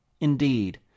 Indeed